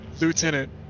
Lieutenant